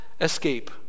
escape